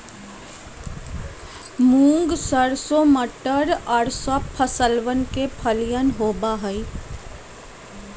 मूंग, सरसों, मटर और सब फसलवन के फलियन होबा हई